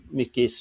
mycket